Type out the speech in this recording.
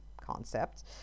concept